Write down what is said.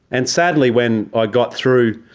and sadly when i got through